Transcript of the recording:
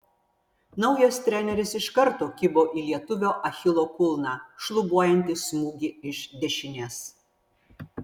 naujas treneris iš karto kibo į lietuvio achilo kulną šlubuojantį smūgį iš dešinės